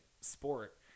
sport